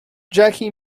jackie